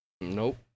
nope